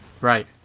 Right